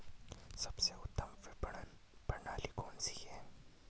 सबसे उत्तम विपणन प्रणाली कौन सी है?